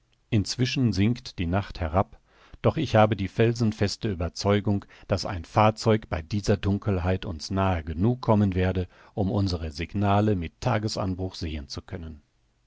inzwischen sinkt die nacht herab doch ich habe die felsenfeste ueberzeugung daß ein fahrzeug bei dieser dunkelheit uns nahe genug kommen werde um unsere signale mit tagesanbruch sehen zu können